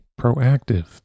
proactive